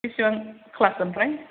बेसेबां क्लास ओमफ्राय